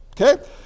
Okay